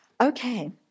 Okay